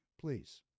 Please